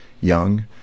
young